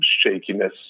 shakiness